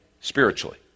spiritually